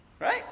Right